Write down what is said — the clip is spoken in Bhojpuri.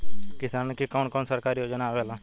किसान के लिए कवन कवन सरकारी योजना आवेला?